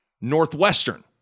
Northwestern